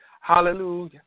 hallelujah